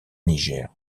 niger